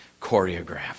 choreographed